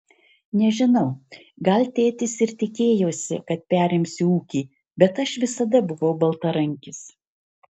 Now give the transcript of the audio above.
nežinau gal tėtis ir tikėjosi kad perimsiu ūkį bet aš visada buvau baltarankis